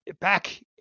back